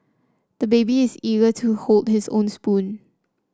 the baby is eager to hold his own spoon